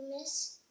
miss